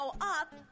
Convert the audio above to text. up